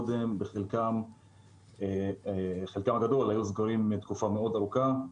חלקם הגדול היו סגורים במשך תקופה ארוכה מאוד.